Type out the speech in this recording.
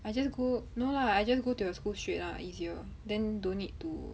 I just go no lah I just go to your school straight lah easier then don't need to